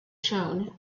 shown